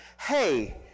hey